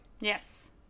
Yes